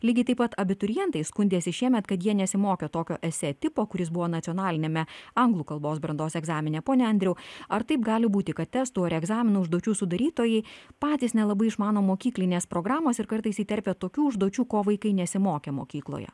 lygiai taip pat abiturientai skundėsi šiemet kad jie nesimokė tokio esė tipo kuris buvo nacionaliniame anglų kalbos brandos egzamine pone andriau ar taip gali būti kad testų ar egzaminų užduočių sudarytojai patys nelabai išmano mokyklinės programos ir kartais įterpia tokių užduočių ko vaikai nesimokė mokykloje